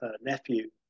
nephew